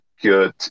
Good